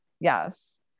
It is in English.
yes